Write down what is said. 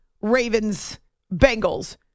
Ravens-Bengals